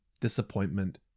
disappointment